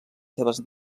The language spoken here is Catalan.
seves